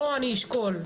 לא אני אשקול,